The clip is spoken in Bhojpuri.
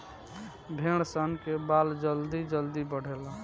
भेड़ सन के बाल जल्दी जल्दी बढ़ेला